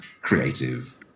creative